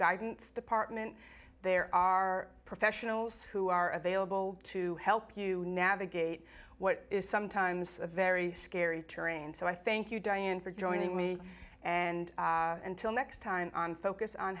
guidance department there are professionals who are available to help you navigate what is sometimes a very scary terrain so i thank you diane for joining me and until next time on focus on